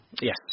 Yes